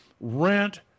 rent